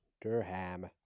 Durham